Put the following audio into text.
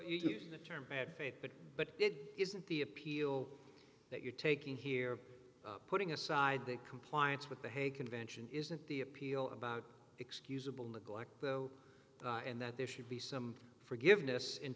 to the term bad faith but it isn't the appeal that you're taking here putting aside the compliance with the hague convention isn't the appeal about excusable neglect though and that there should be some forgiveness in